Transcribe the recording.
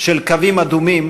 של קווים אדומים